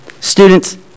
Students